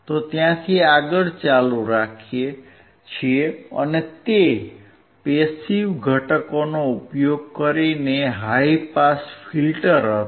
તો ત્યાંથી આગળ ચાલુ રાખીએ છીએ અને તે પેસીવ ઘટકોનો ઉપયોગ કરીને હાઇ પાસ ફિલ્ટર હતું